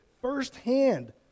firsthand